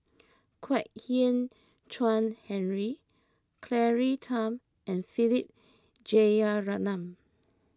Kwek Hian Chuan Henry Claire Tham and Philip Jeyaretnam